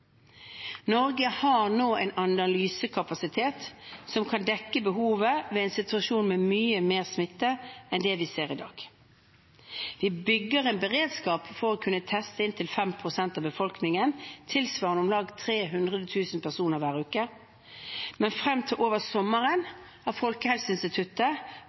Norge har nå en analysekapasitet som kan dekke behovet ved en situasjon med mye mer smitte enn det vi ser i dag. Vi bygger en beredskap for å kunne teste inntil 5 pst. av befolkningen, tilsvarende om lag 300 000 personer, hver uke. Men frem til over sommeren har Folkehelseinstituttet